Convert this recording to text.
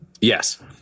Yes